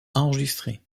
enregistrer